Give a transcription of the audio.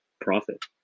profit